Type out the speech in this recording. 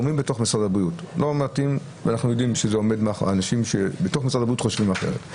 אנחנו יודעים שאנשים בתוך משרד הבריאות חושבים אחרת,